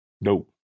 Nope